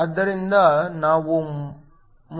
ಆದ್ದರಿಂದ ನಾವು ಮುಂದಿನದನ್ನು ನೋಡೋಣ